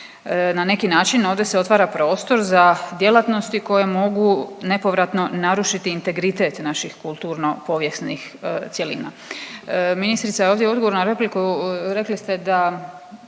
Na neki način ovdje se otvara prostor za djelatnosti koje mogu nepovratno narušiti integritet naših kulturno povijesnih cjelina. Ministrica je ovdje u odgovoru na repliku rekli ste da